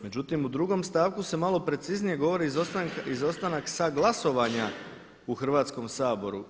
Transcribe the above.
Međutim, u drugom stavku se malo preciznije govori, izostanak sa glasovanja u Hrvatskom saboru.